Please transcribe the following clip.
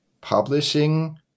publishing